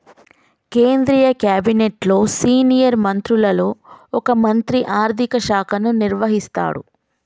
కేంద్ర క్యాబినెట్లో సీనియర్ మంత్రులలో ఒక మంత్రి ఆర్థిక శాఖను నిర్వహిస్తాడు